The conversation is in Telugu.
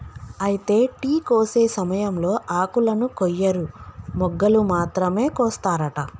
అయితే టీ కోసే సమయంలో ఆకులను కొయ్యరు మొగ్గలు మాత్రమే కోస్తారట